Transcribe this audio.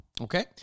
Okay